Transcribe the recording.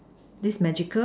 this magical